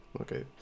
okay